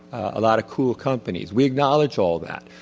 a lot of cool companies, we acknowledge all that.